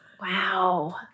Wow